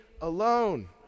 alone